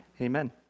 amen